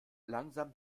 langsam